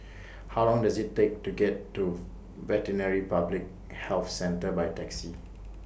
How Long Does IT Take to get to Veterinary Public Health Centre By Taxi